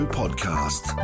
podcast